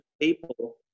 people